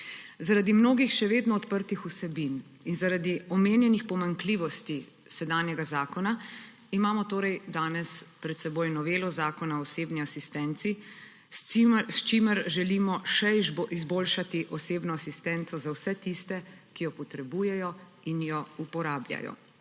Zaradi mnogih še vedno odprtih vsebin in zaradi omenjenih pomanjkljivosti sedanjega zakona imamo danes pred seboj novelo Zakona o osebni asistenci, s čimer želimo še izboljšati osebno asistenco za vse tiste, ki jo potrebujejo in jo uporabljajo.